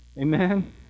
Amen